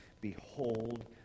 Behold